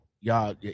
Y'all